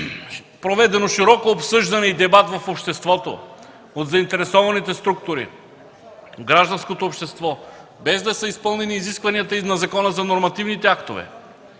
проведено широко обсъждане, дебат в обществото от заинтересованите структури, гражданското общество, без да са изпълнени изискванията на Закона за нормативните актове,